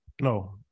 No